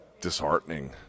disheartening